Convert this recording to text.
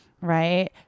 right